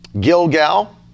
Gilgal